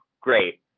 great